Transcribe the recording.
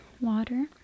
water